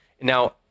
Now